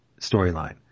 storyline